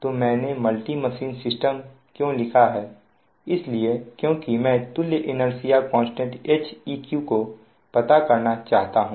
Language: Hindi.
तो मैंने मल्टी मशीन सिस्टम क्यों लिखा है इसलिए क्योंकि मैं तुल्य इनेर्सिया कांस्टेंट Heq को पता करना चाहता हूं